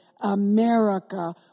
America